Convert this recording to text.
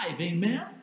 amen